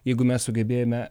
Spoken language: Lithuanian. jeigu mes sugebėjome